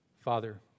Father